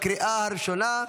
לקריאה הראשונה.